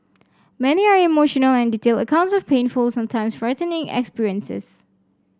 many are emotional and detailed accounts of painful sometimes frightening experiences